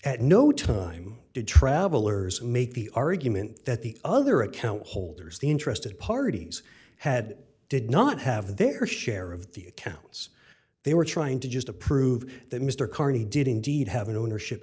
at no time did travelers make the argument that the other account holders the interested parties had did not have their share of the accounts they were trying to use to prove that mr carney did indeed have an ownership